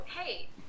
hey